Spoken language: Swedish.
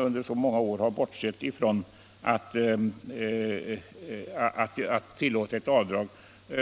Under många år har vi krävt avdrag